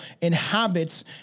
inhabits